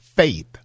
faith